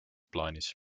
plaanis